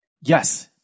Yes